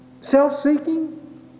Self-seeking